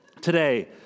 Today